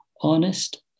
honest